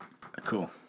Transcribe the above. Cool